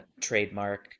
trademark